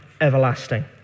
everlasting